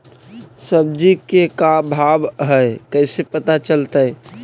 सब्जी के का भाव है कैसे पता चलतै?